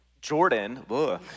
Jordan